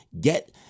get